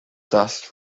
dust